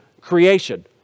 creation